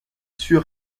sûr